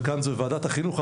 וכאן זו ועדת החינוך,